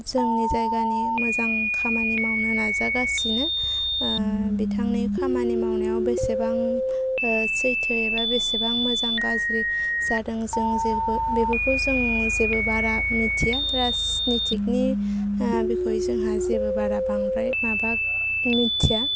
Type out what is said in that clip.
जोंनि जायगानि मोजां खामानि मावनो नाजागासिनो बिथांनि खामानि मावनायाव बेसेबां सैथो एबा बेसेबां मोजां गाज्रि जादों जों जेबो बेफोरखौ जों जेबो बारा मिथिया राजनिथिखनि बिखय जोंहा जेबो बारा बांद्राय माबा मोन्थिया